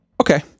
Okay